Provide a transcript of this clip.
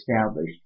established